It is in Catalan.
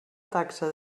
taxa